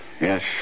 Yes